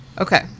Okay